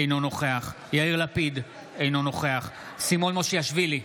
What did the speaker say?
אינו נוכח יאיר לפיד, אינו נוכח סימון מושיאשוילי,